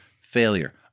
failure